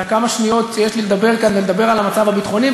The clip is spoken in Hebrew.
את כמה השניות שיש לי לדבר כאן ולדבר על המצב הביטחוני,